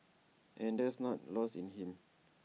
and that's not lost in him